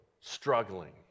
struggling